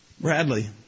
Bradley